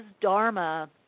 dharma